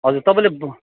हजुर तपाईँले